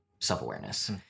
self-awareness